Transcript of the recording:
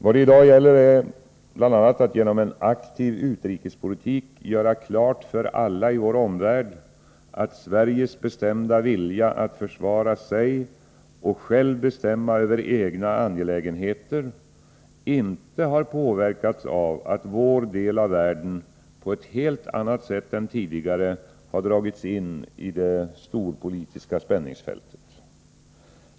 Vad det i dag gäller är bl.a. att genom en aktiv utrikespolitik göra klart för alla i vår omvärld, att Sveriges bestämda vilja att försvara sig och självt bestämma över egna angelägenheter inte har påverkats av att vår del av världen på ett helt annat sätt än tidigare har dragits in i det storpolitiska spänningsfältet.